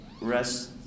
rest